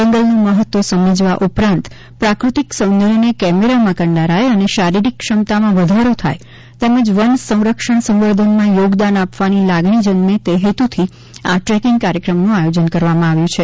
જંગલનું મહત્વ સમજવા ઉપરાંત પ્રાકૃતિક સૌંદર્યને કેમેરામાં કંડારાય અને શારીરિક ક્ષમતામાં વધારો થાય તેમજ વન સંરક્ષણ સંવર્ધનમાં યોગદાન આપવાની લાગણી જન્મે તે હેતુથી આ ટ્રેકિંગ કાર્યક્રમનું આયોજન કરવામાં આવ્યું છે